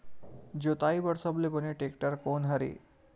जोताई बर सबले बने टेक्टर कोन हरे?